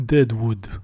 Deadwood